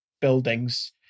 buildings